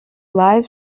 lies